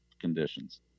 conditions